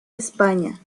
españa